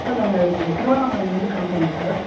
sir நாங்கள் இந்த திருவண்ணாமலையில் இருந்து கால் பண்ணுறோம் சார்